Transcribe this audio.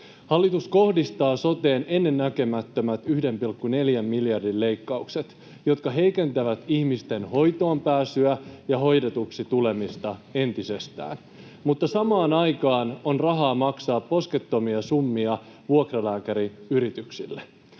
Hallitus kohdistaa soteen ennennäkemättömät 1,4 miljardin leikkaukset, jotka heikentävät ihmisten hoitoon pääsyä ja hoidetuksi tulemista entisestään, mutta samaan aikaan on rahaa maksaa poskettomia summia vuokralääkäriyrityksille.